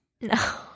No